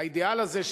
האידיאל הזה,